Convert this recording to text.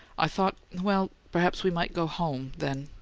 i thought well, perhaps we might go home then.